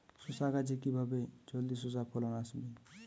শশা গাছে কিভাবে জলদি শশা ফলন আসবে?